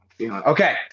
Okay